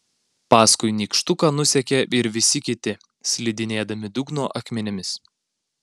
paskui nykštuką nusekė ir visi kiti slidinėdami dugno akmenimis